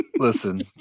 Listen